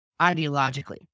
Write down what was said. ideologically